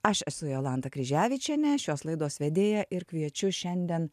aš esu jolanta kryževičienė šios laidos vedėja ir kviečiu šiandien